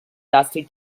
dusty